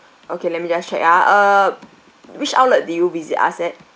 okay let me just check ah uh which outlet did you visit us at